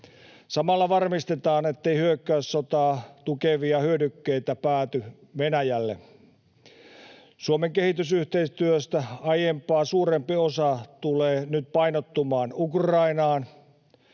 Samalla varmistetaan, ettei hyökkäyssotaa tukevia hyödykkeitä päädy Venäjälle. Suomen kehitysyhteistyöstä aiempaa suurempi osa tulee nyt painottumaan Ukrainaan.